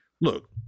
look